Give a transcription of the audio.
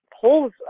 polls